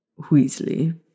Weasley